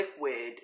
liquid